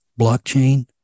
blockchain